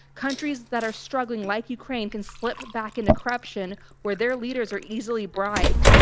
countries that are struggling, like ukraine, can slip back into corruption where their leaders are easily bribed.